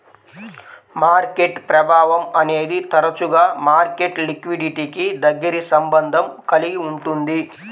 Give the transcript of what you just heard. market ప్రభావం అనేది తరచుగా మార్కెట్ లిక్విడిటీకి దగ్గరి సంబంధం కలిగి ఉంటుంది